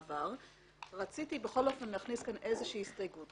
רציתי להכניס כאין איזו שהיא הסתייגות.